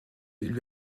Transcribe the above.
lui